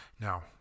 Now